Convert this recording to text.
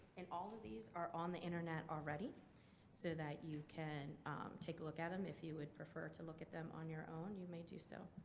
and all of these are on the internet already so that you can take a look at them if you would prefer to look at them on your own you may do so.